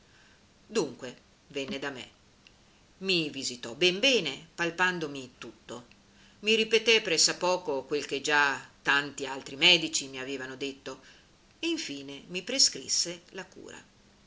dunque venne da me mi visitò ben bene palpandomi tutto mi ripeté press'a poco quel che già tant'altri medici mi avevano detto e infine mi prescrisse la cura